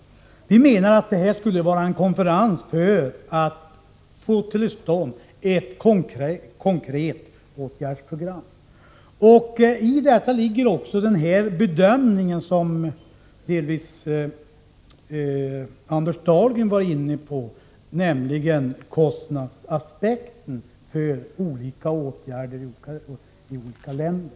Vi menar att det skulle vara en konferens för att få till stånd ett konkret åtgärdsprogram. I detta ligger också den bedömning som Anders Dahlgren delvis var inne på, nämligen kostnadsaspekten för olika åtgärder i olika länder.